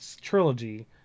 trilogy